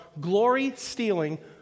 glory-stealing